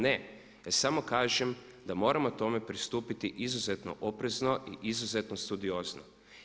Ne, samo kažem da moramo tome pristupiti izuzetno oprezno i izuzetno studiozno.